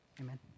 Amen